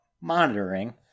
monitoring